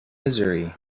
missouri